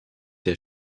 der